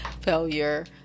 failure